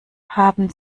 haben